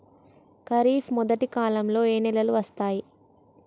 ఖరీఫ్ మొదటి కాలంలో ఏ నెలలు వస్తాయి?